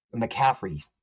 McCaffrey